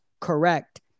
Correct